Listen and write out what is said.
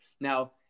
Now